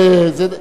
זה לא,